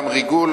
גם ריגול,